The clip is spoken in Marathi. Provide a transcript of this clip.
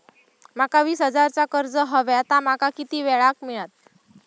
माका वीस हजार चा कर्ज हव्या ता माका किती वेळा क मिळात?